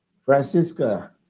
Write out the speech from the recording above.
Francisca